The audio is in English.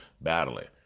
battling